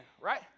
right